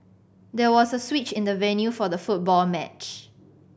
there was a switch in the venue for the football match